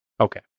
okay